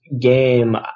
game